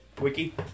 wiki